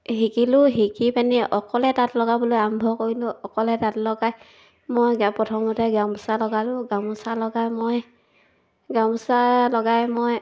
শিকিলোঁ শিকি পিনি অকলে তাঁত লগাবলৈ আৰম্ভ কৰিলোঁ অকলে তাঁত লগাই মই প্ৰথমতে গামোচা লগালোঁ গামোচা লগাই মই গামোচা লগাই মই